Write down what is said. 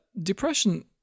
depression